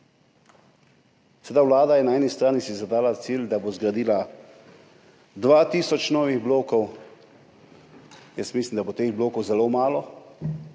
Seveda, vlada je na eni strani si zadala cilj, da bo zgradila 2 tisoč novih blokov, jaz mislim, da bo teh blokov zelo malo.